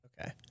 Okay